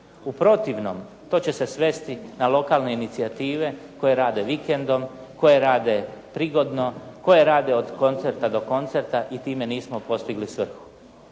U protivnom to će se svesti na lokalne inicijative koje rade vikendom, koje rade prigodno, koje rade od koncerta do koncerta i time nismo postigli svrhu.